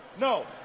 No